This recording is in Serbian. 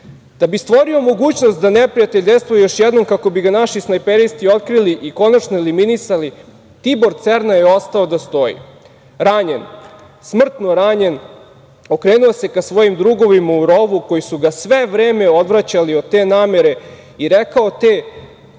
„Da bi stvorio mogućnost da neprijatelj dejstvuje još jednom kako bi ga naši snajperisti otkrili i konačno eliminisali Tibor Cerna je ostao da stoji. Ranjen, smrtno ranjen okrenuo se ka svojim drugovima u rovu koji su ga sve vreme odvraćali od te namere i rekao je